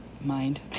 mind